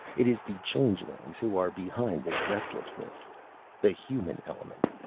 it is the changelings who are behind this restlessness the human element.